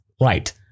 Right